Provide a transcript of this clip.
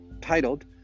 titled